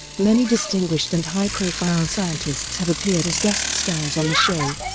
many distinguished and high-profile scientists have appeared as guest stars on the show.